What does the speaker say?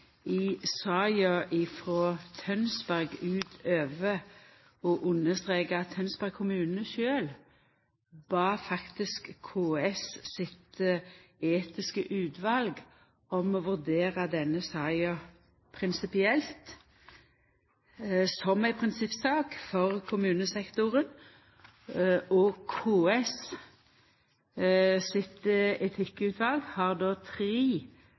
i saka frå Tønsberg utover å understreka at Tønsberg kommune sjølv faktisk bad KS sitt etiske utval om å vurdera denne saka prinsipielt, som ei prinsippsak, for kommunesektoren. KS sitt etikkutval seier at tre